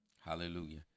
Hallelujah